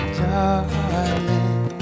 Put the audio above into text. darling